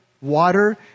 water